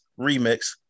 remix